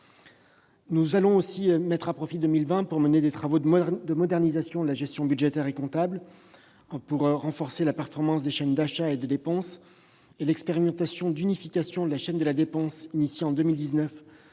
Nous allons aussi mettre à profit 2020 pour mener des travaux de modernisation de la gestion budgétaire et comptable, renforcer la performance des chaînes d'achats et de dépenses. L'expérimentation d'unification de la chaîne de la dépense, engagée cette